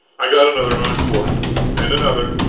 i got another encore and another,